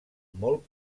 molt